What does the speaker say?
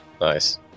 Nice